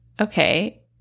okay